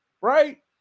right